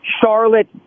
Charlotte